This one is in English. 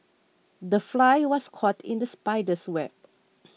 the fly was caught in the spider's web